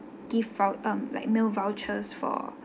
gift vou~ um like meal vouchers for